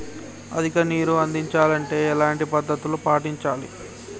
అధిక నీరు అందించాలి అంటే ఎలాంటి పద్ధతులు పాటించాలి?